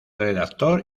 redactor